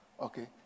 okay